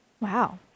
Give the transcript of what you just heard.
Wow